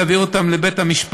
תביא אותם לבית-המשפט.